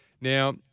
Now